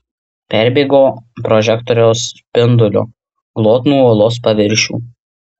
perbėgo prožektoriaus spinduliu glotnų uolos paviršių